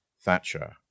Thatcher